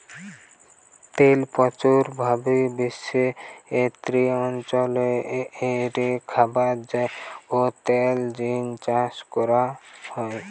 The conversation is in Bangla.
তিল প্রচুর ভাবি বিশ্বের ক্রান্তীয় অঞ্চল রে খাবার ও তেলের জিনে চাষ করা হয়